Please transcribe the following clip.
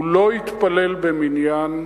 הוא לא יתפלל במניין,